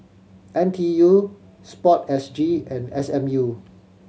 N T U Sport S G and S M U